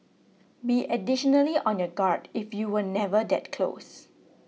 be additionally on your guard if you were never that close